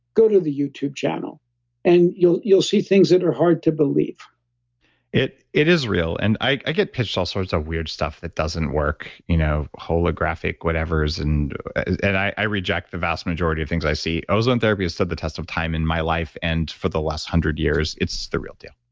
go to the youtube channel and you'll you'll see things that are hard to believe it it is real. and i get pitched all sorts of weird stuff that doesn't work, you know holographic whatevers, and and i reject the vast majority of things that i see. ozone therapy has stood the test of time in my life and for the last one hundred years, it's the real deal.